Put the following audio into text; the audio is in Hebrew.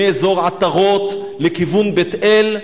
מאזור עטרות לכיוון בית-אל,